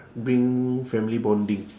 bring family bonding